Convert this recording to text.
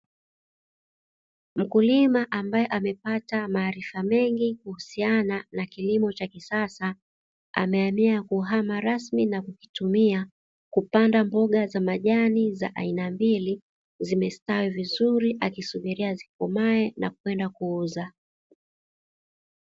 Mkulima ambaye amepata maarifa mengi kuhusiana na kilimo cha kisasa amehamia kuhama rasmi na kukitumia kupanda mboga za majani za aina mbili zimestawi vizuri akisubiria zikomae na kwenda kuuza.